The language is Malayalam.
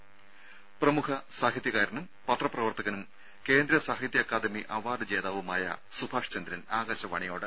രുര പ്രമുഖ സാഹിത്യകാരനും പത്രപ്രവർത്തകനും കേന്ദ്ര സാഹിത്യ അക്കാദമി അവാർഡ് ജേതാവുമായ സുഭാഷ് ചന്ദ്രൻ ആകാശവാണിയോട്